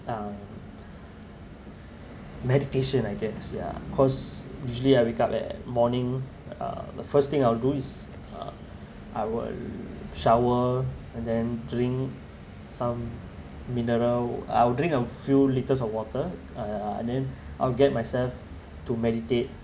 um meditation I guess yeah cause usually I wake up at morning uh the first thing I will do is uh I will shower and then drink some mineral I'll drink a few litres of water uh and then I'll get myself to meditate